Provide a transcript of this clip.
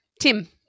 Tim